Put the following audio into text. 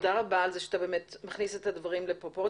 תודה רבה על זה שאתה מכניס את הדברים לפרופורציות.